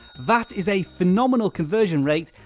that is a phenomenal conversion rate,